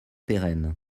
pérenne